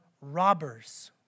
robbers